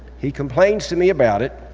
he complains to me about it.